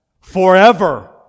Forever